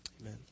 Amen